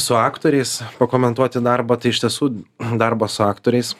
su aktoriais pakomentuoti darbą tai iš tiesų darbas su aktoriais